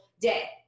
day